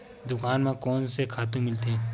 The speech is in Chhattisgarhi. दुकान म कोन से खातु मिलथे?